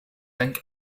dank